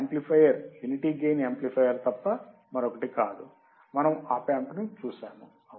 amplifier unity gain amplifier తప్ప మరొకటి కాదు మనము ఆప్ యాంప్ చూశాము అవునా